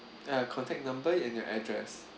uh contact number and your address